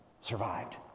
survived